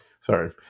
Sorry